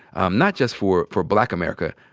um not just for for black america,